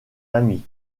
amie